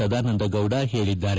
ಸದಾನಂದಗೌಡ ಹೇಳಿದ್ದಾರೆ